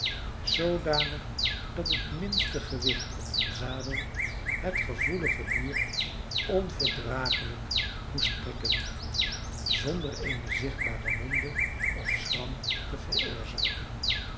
zoodanig dat het minste gewicht op den zadel het gevoelige dier onverdragelijk moest prikken zonder eene zichtbare wonde of schram te veroorzaken